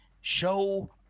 show